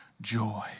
joy